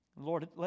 Lord